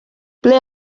ble